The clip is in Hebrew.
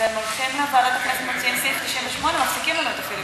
אז הם הולכים לוועדת הכנסת ומוציאים סעיף 98 ומפסיקים לנו את הפיליבסטר.